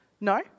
No